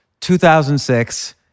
2006